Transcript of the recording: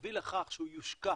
תביא לכך שהוא יושקע